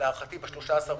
להערכתי ב-13 באוקטובר,